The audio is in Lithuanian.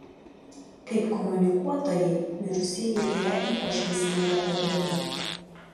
kaip komunikuotojai mirusieji yra ypač mįslinga padermė